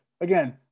Again